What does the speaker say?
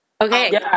Okay